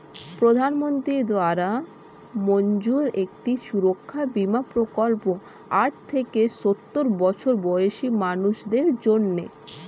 প্রধানমন্ত্রী দ্বারা মঞ্জুর একটি সুরক্ষা বীমা প্রকল্প আট থেকে সওর বছর বয়সী মানুষদের জন্যে